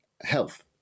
health